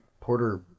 Porter